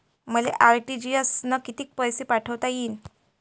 मले आर.टी.जी.एस न कितीक पैसे पाठवता येईन?